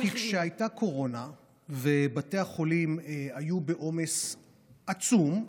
כי כשהייתה קורונה ובתי החולים היו בעומס עצום,